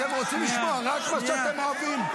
אתם רוצים לשמוע רק מה שאתם אוהבים.